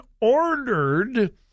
ordered